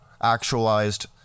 actualized